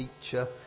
teacher